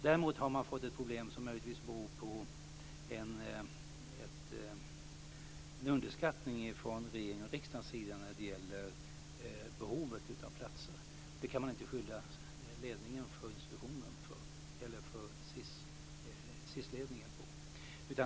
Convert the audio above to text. Däremot har de fått ett problem som möjligtvis beror på en underskattning från regeringens och riksdagens sida när det gäller behovet av platser. Det kan man inte skylla SiS-ledningen för.